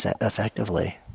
effectively